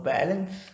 Balance